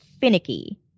finicky